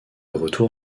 retour